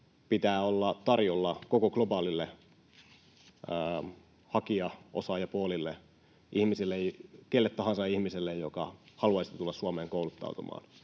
pitää olla tarjolla koko globaalille hakija- ja osaajapoolille, kenelle tahansa ihmiselle, joka haluaisi tulla Suomeen kouluttautumaan?